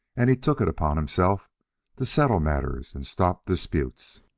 and he took it upon himself to settle matters and stop disputes.